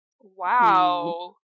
Wow